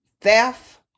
theft